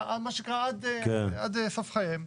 מה שנקרא עד סוף חייהם.